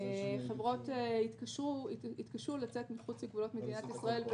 חברות התקשו לצאת מחוץ לגבולות מדינת ישראל,